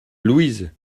louise